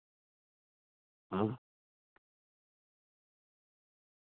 ᱦᱩᱸ